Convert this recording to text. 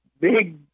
Big